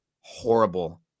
horrible